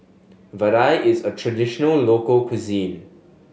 vadai is a traditional local cuisine